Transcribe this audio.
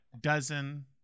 dozen